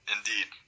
Indeed